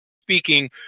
speaking